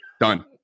done